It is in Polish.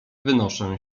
wynoszę